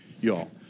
y'all